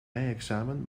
rijexamen